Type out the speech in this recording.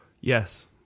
Yes